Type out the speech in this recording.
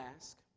ask